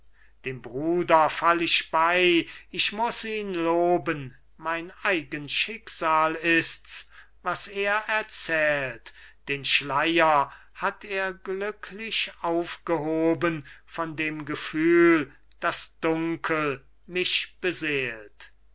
dem bruder fall ich bei ich muß ihn loben mein eigen schicksal ist's was er erzählt den schleier hat er glücklich aufgehoben von dem gefühl das dunkel mich beseelt